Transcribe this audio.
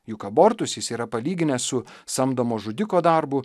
juk abortus jis yra palyginęs su samdomo žudiko darbu